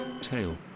tail